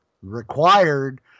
required